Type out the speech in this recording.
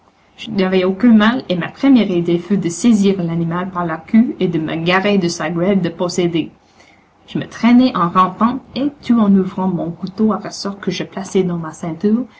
je n'avais aucun mal et ma première idée fut de saisir l'animal par la queue et de me garer de sa gueule de possédé je me traînai en rampant et tout en ouvrant mon couteau à ressort que je plaçai dans ma ceinture